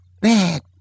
Bad